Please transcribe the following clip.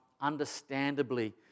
understandably